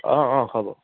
অঁ অঁ হ'ব